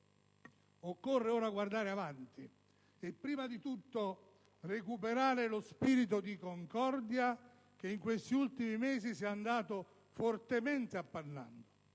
Occorre ora guardare avanti e, prima di tutto, recuperare lo spirito di concordia che in questi ultimi mesi si è andato fortemente appannando,